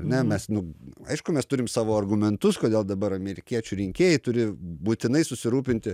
ar ne mes nu aišku mes turim savo argumentus kodėl dabar amerikiečių rinkėjai turi būtinai susirūpinti